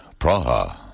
Praha